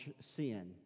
sin